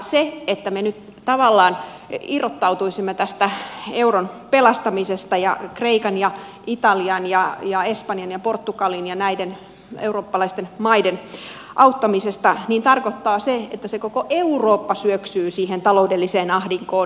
se että me nyt tavallaan irrottautuisimme tästä euron pelastamisesta ja kreikan ja italian ja espanjan ja portugalin ja näiden eurooppalaisten maiden auttamisesta tarkoittaa sitä että koko eurooppa syöksyy siihen taloudelliseen ahdinkoon